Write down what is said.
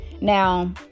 Now